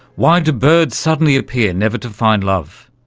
why do birds suddenly appear never to find love?